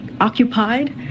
occupied